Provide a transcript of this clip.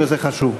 זה חשוב.